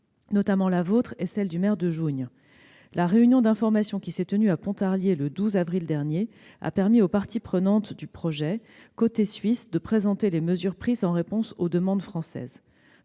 monsieur le sénateur, et celle du maire de Jougne. La réunion d'information qui s'est tenue à Pontarlier le 12 avril dernier a permis aux parties prenantes suisses du projet de présenter les mesures prises en réponse aux demandes françaises.